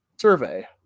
survey